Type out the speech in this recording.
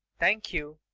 thank you.